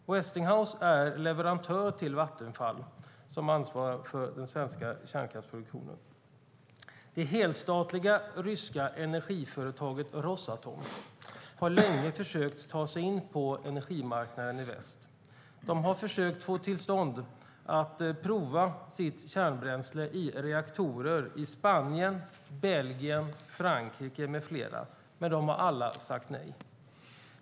Westinghouse är leverantör till Vattenfall, som ansvarar för den svenska kärnkraftsproduktionen. Det helstatliga ryska energiföretaget Rosatom har länge försökt ta sig in på energimarknaden i väst. Man har försökt få tillstånd att prova sitt kärnbränsle i reaktorer i Spanien, Belgien, Frankrike med flera. De har alla sagt nej.